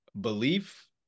Belief